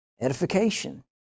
edification